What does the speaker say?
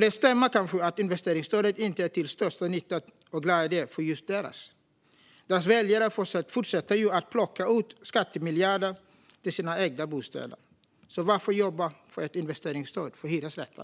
Det stämmer kanske att investeringsstödet inte är till störst nytta och glädje för just deras väljare. De fortsätter ju att plocka ut skattemiljarder till sina egna bostäder. Så varför jobba för ett investeringsstöd för hyresrätter?